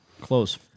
Close